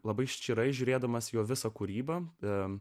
labai ščyrai žiūrėdamas jo visą kūrybą